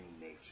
nature